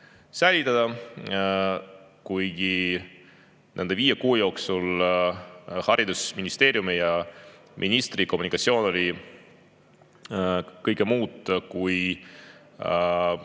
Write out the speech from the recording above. säilitada. Kuigi nende viie kuu jooksul haridusministeeriumi ja ministri kommunikatsioon oli kõike muud kui